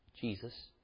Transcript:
Jesus